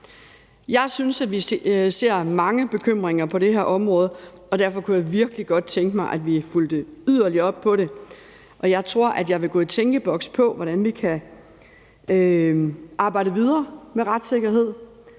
Jeg synes, at vi ser mange bekymringer på det her område, og derfor kunne jeg virkelig godt tænke mig, at vi fulgte yderligere op på det. Og jeg tror, at jeg vil gå i tænkeboks om, hvordan vi kan arbejde videre med retssikkerhed.